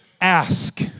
ask